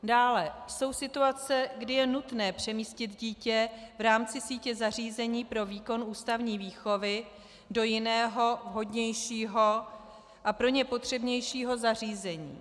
Dále jsou situace, kdy je nutné přemístit dítě v rámci sítě zařízení pro výkon ústavní výchovy do jiného, vhodnějšího a pro ně potřebnějšího zařízení.